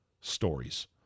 stories